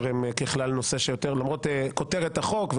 למרות כותרת החוק,